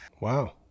wow